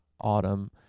autumn